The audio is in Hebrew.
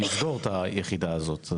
לשבור את היחידה הזאת.